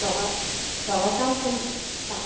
भवत् भवतां सङ्गी अ